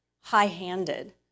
high-handed